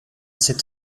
cette